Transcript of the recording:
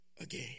again